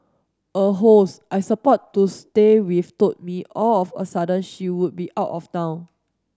a host I support to stay with told me all of a sudden she would be out of town